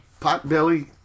potbelly